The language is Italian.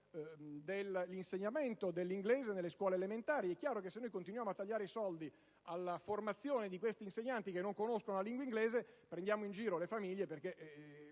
dell'insegnamento dell'inglese nelle scuole elementari. È chiaro che se continuiamo a tagliare i soldi per la formazione di questi insegnanti che non conoscono la lingua inglese, prendiamo in giro le famiglie perché